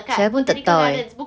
saya pun tak tahu